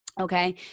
okay